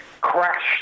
crashed